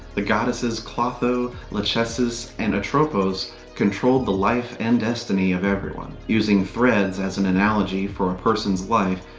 the goddesses clotho, lachesis, and atropos controlled the life and destiny of everyone. using thread as an analogy for a person's life,